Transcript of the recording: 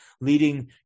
leading